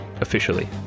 Officially